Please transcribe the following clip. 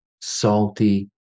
salty